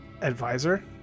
advisor